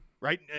right